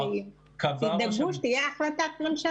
רק שאם אתם רוצים להיות מוזכרים תדאגו שתהיה החלטת ממשלה.